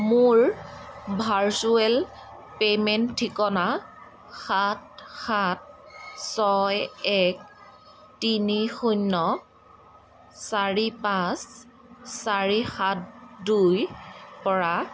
মোৰ virtual payment ঠিকনা সাত সাত ছয় এক তিনি শূন্য চাৰি পাঁচ চাৰি সাত দুইৰপৰা